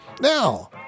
Now